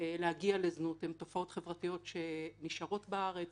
להגיע לזנות הן תופעות חברתיות שנשארות בארץ